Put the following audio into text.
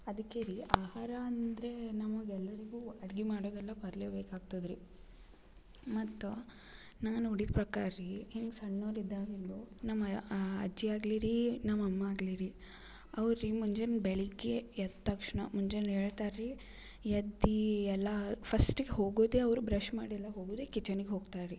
ಅದಕ್ಕೆ ರೀ ಆಹಾರ ಅಂದರೆ ನಮ್ಗೆ ಎಲ್ಲರಿಗು ಅಡ್ಗೆ ಮಾಡೋದೆಲ್ಲ ಬರಲೇ ಬೇಕಾಗ್ತದೆ ರೀ ಮತ್ತು ನಾನು ನೋಡಿದ ಪ್ರಕಾರ ರೀ ಹಿಂಗ ಸಣ್ಣವ್ರು ಇದ್ದಾಗಿಂದ್ಲು ನಮ್ಮ ಅಜ್ಜಿ ಆಗಲಿ ರೀ ನಮ್ಮ ಅಮ್ಮ ಆಗಲಿ ರೀ ಅವ್ರು ರೀ ಮುಂಜಾನೆ ಬೆಳಗ್ಗೆ ಎದ್ದ ತಕ್ಷಣ ಮುಂಜಾನೆ ಏಳ್ತಾರೆ ರೀ ಎದ್ದು ಎಲ್ಲ ಫಸ್ಟಿಗೆ ಹೋಗೋದೆ ಅವ್ರು ಬ್ರಶ್ ಮಾಡೆಲ್ಲ ಹೋಗೋರು ರೀ ಕಿಚನಿಗೆ ಹೋಗ್ತಾರೆ ರೀ